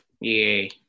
Yay